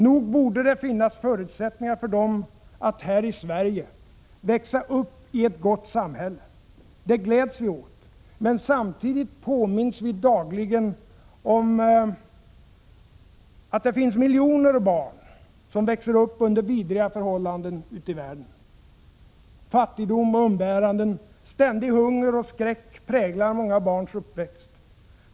Nog borde det finnas förutsättningar för dem att här i Sverige växa upp i ett gott samhälle. Det gläds vi åt, men samtidigt påminns vi dagligen om att det finns miljoner barn som växer upp under vidriga förhållanden ute i världen. Fattigdom och umbäranden, ständig hunger och skräck präglar många barns uppväxt.